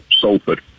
Salford